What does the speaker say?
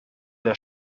der